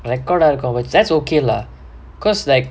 record ஆயிருக்கும்:aayirukkum but that's okay lah because like